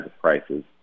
prices